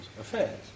affairs